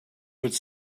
would